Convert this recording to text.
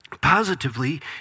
Positively